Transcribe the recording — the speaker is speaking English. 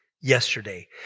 yesterday